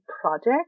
project